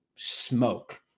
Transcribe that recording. smoke